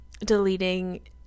deleting